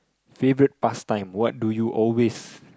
favorite past time what do you always